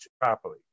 properly